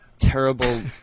terrible